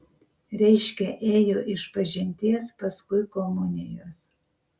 reiškia ėjo išpažinties paskui komunijos